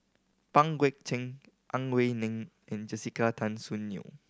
Pang Guek Cheng Ang Wei Neng and Jessica Tan Soon Neo